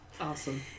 Awesome